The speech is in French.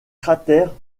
cratère